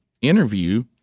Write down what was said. interview